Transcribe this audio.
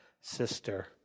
sister